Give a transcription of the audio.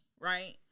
right